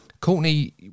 Courtney